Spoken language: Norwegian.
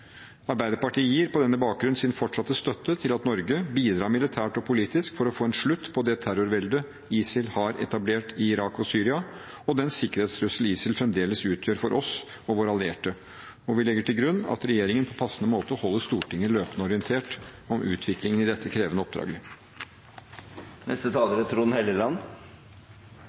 Arbeiderpartiet gir på denne bakgrunn sin fortsatte støtte til at Norge bidrar militært og politisk for å få en slutt på det terrorveldet ISIL har etablert i Irak og Syria og den sikkerhetstrusselen ISIL fremdeles utgjør for oss og våre allierte. Vi legger til grunn at regjeringen på passende måte holder Stortinget løpende orientert om utviklingen i dette krevende oppdraget.